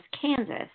Kansas